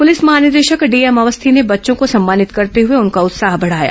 police महानिदेशक DM Awasthi ने बच्चों को सम्मानित करते हुए उनका उत्साह बढ़ाया